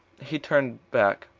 he turned back,